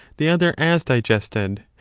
the other as digested,